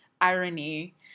irony